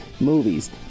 movies